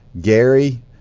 Gary